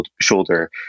shoulder